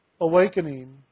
awakening